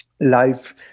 life